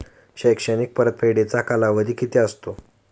शैक्षणिक परतफेडीचा कालावधी किती असतो?